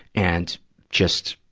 and just,